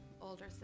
older